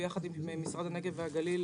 ביחד עם משרד הנגב והגליל,